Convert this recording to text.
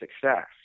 success